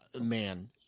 man